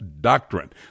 doctrine